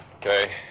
Okay